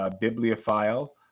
bibliophile